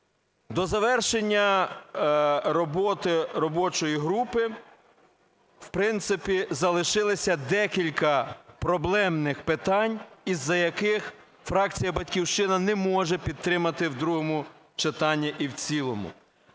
До завершення роботи робочої групи, в принципі, залишилися декілька проблемних питань, із-за яких фракція "Батьківщина" не може підтримати в другому читанні і в цілому,